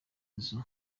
nzu